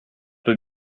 peu